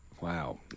Wow